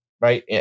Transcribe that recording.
right